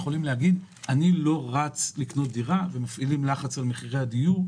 לאנשים כך שהם לא ירוצו לקנות דירה ויפעילו לחץ על מחירי הדיור.